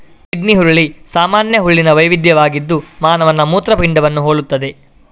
kidney ಹುರುಳಿ ಸಾಮಾನ್ಯ ಹುರುಳಿನ ವೈವಿಧ್ಯವಾಗಿದ್ದು ಮಾನವನ ಮೂತ್ರಪಿಂಡವನ್ನು ಹೋಲುತ್ತದೆ